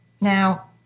Now